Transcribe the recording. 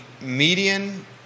median